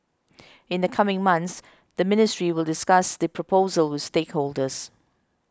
in the coming months the ministry will discuss the proposal with stakeholders